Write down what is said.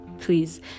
Please